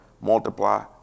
multiply